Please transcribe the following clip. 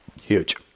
huge